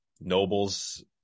nobles